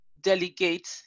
delegate